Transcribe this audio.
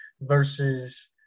versus